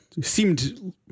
seemed